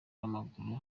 w’amaguru